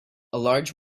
large